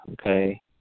okay